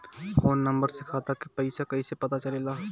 Phone number से खाता के पइसा कईसे पता चलेला?